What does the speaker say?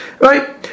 Right